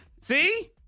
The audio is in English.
See